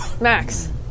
Max